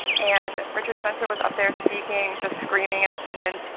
and richard spencer was up there speaking, just screaming at students.